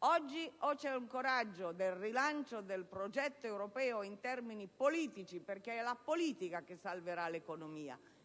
oggi, o c'è il coraggio del rilancio del progetto europeo in termini politici (perché è la politica che salverà l'economia